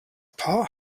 paar